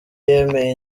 yemeye